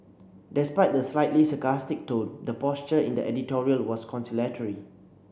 despite the slightly sarcastic tone the posture in the editorial was conciliatory